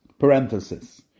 Parenthesis